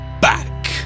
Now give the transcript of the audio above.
back